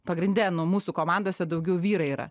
pagrinde nu mūsų komandose daugiau vyrai yra